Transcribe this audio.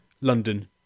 London